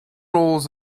rolls